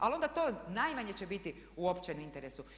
Ali onda to najmanje će biti u općem interesu.